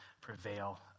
prevail